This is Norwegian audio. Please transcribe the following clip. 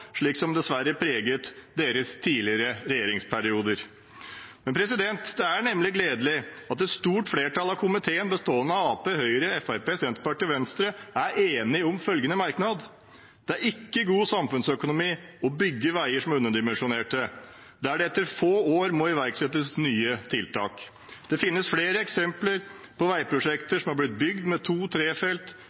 som dessverre preget deres tidligere regjeringsperioder. Det er nemlig gledelig at et stort flertall av komiteen, bestående av Arbeiderpartiet, Høyre, Fremskrittspartiet, Senterpartiet og Venstre, er enig om følgende merknad: «Det er ikke god samfunnsøkonomi å bygge veier som er underdimensjonert, der det etter få år må iverksettes nye tiltak. Det finnes flere eksempler på veiprosjekter som har blitt bygd med